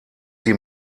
sie